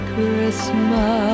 Christmas